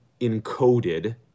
encoded